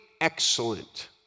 excellent